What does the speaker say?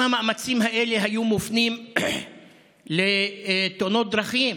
אם המאמצים האלה היו מופנים לתאונות דרכים,